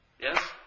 Yes